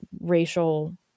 racial